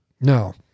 No